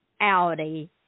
Audi